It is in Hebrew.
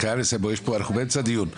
אנחנו באמצע דיון,